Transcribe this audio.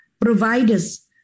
providers